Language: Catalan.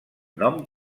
nom